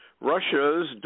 Russia's